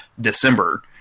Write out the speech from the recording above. December